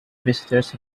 visitors